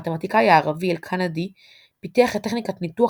המתמטיקאי הערבי אל־כנדי פיתח את טכניקת ניתוח